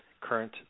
current